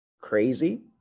crazy